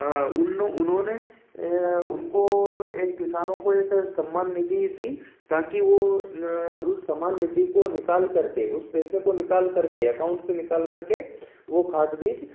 उन्होंने उनको एक किसानों को एक सम्मान निधि दी ताकि वो उस सम्मान निधि को निकाल करके पैसे को निकाल करके अकाउंट से निकाल करके वो खाद बीज